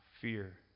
fear